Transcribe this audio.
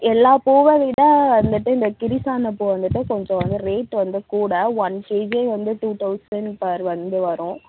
எல்லா பூவை விட வந்துட்டு இந்த கிரிசான பூ வந்துட்டு கொஞ்சம் வந்து ரேட்டு வந்து கூட ஒன் கேஜி வந்து டூ தௌசண்ட் பர் வந்து வரும்